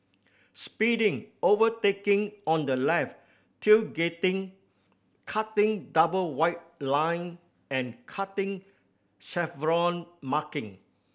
speeding overtaking on the left tailgating cutting double white line and cutting chevron marking